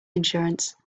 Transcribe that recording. insurance